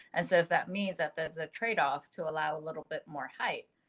and so if that means that there's a trade off to allow a little bit more height.